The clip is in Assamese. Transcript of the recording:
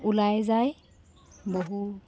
ওলাই যায় বহু